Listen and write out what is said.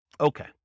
Okay